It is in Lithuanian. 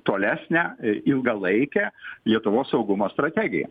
tolesnę ilgalaikę lietuvos saugumo strategiją